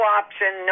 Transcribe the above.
option